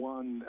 One